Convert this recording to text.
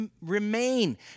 Remain